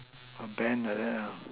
a band like that